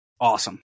Awesome